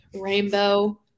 rainbow